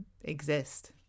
exist